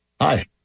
Hi